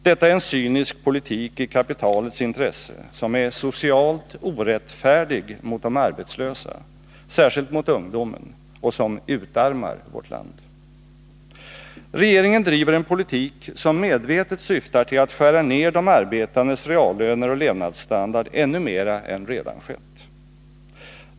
Detta är en cynisk politik i kapitalets intresse som är socialt orättfärdig mot de arbetslösa, särskilt mot ungdomen, och som utarmar vårt land. Regeringen driver en politik som medvetet syftar till att skära ned de arbetandes reallöner och levnadsstandard ännu mer än som redan skett.